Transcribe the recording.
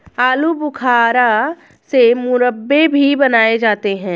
आलू बुखारा से मुरब्बे भी बनाए जाते हैं